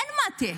אין מטה,